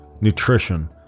nutrition